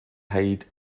hide